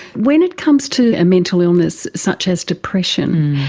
when it comes to a mental illness such as depression,